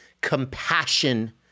compassion